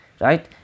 right